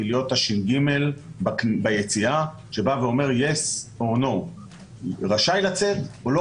היא להיות הש"ג ביציאה שאומר: רשאי לצאת או לא